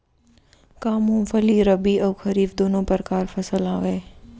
का मूंगफली रबि अऊ खरीफ दूनो परकार फसल आवय?